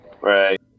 Right